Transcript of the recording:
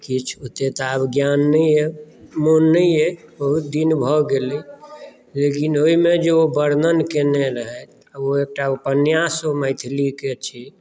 किछु ओते तऽ आब ज्ञान नहि अछि मन नहि अछि बहुत दिन भऽ गेलै लेकिन ओहिमे जे ओ वर्णन केयने रहथि ओ एकटा उपन्यास मैथिलीके छै